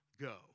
go